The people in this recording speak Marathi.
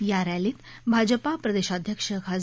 या रक्षीत भाजपा प्रदेशाध्यक्ष खा